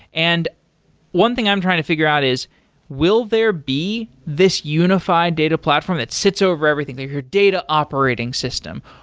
and one thing i'm trying to figure out is will there be this unified data platform that sits over everything, like your data operating system,